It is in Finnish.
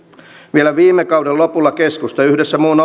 vielä viime kauden lopulla keskusta yhdessä muun